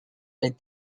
les